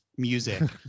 Music